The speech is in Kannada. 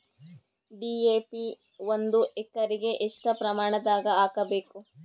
ಡಿ.ಎ.ಪಿ ಒಂದು ಎಕರಿಗ ಎಷ್ಟ ಪ್ರಮಾಣದಾಗ ಹಾಕಬೇಕು?